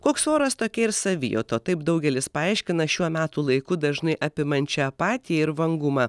koks oras tokia ir savijauta taip daugelis paaiškina šiuo metų laiku dažnai apimančią apatiją ir vangumą